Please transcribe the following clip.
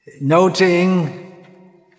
Noting